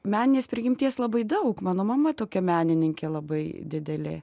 meninės prigimties labai daug mano mama tokia menininkė labai didelė